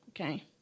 Okay